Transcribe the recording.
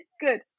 good